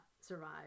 survive